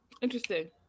interesting